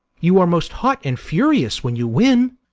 you are most hot and furious when you win.